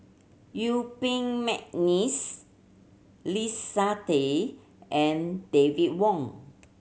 Yuen Peng McNeice Leslie Tay and David Wong